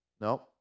No